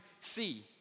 see